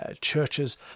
churches